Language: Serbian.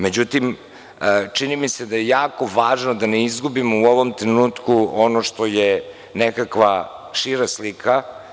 Međutim, čini mi se da je jako važno, da ne izgubimo u ovom trenutku ono što je nekakva šira slika.